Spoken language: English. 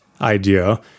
idea